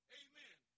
amen